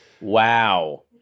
Wow